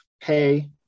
pay